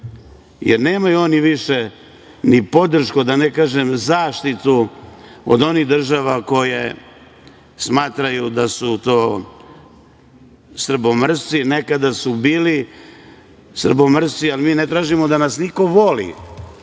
jer nemaju oni više ni podršku, da ne kažem zaštitu, od onih država za koje smatramo da su to „srbomrzci“. Nekada su bili „srbomrzci“, ali mi ne tražimo da nas niko voli,